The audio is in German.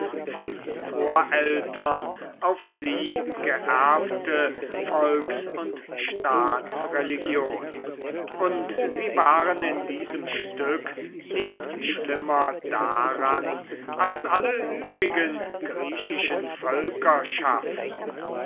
von vorältern auf sie geerbte volks und staatsreligion und sie waren in diesem stücke nicht schlimmer dran als alle übrigen griechischen